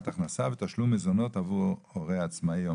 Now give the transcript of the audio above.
הכנסה ותשלום מזונות עבור הורה עצמאי).